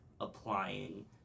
applying